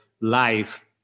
life